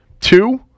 Two